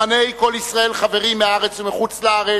מוזמני "כל ישראל חברים" מהארץ ומחוץ-לארץ,